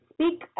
Speak